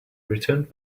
returned